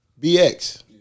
BX